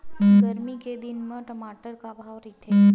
गरमी के दिन म टमाटर का भाव रहिथे?